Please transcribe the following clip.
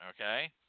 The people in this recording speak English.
okay